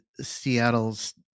Seattle's